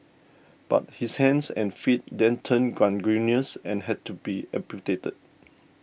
but his hands and feet then turned gangrenous and had to be amputated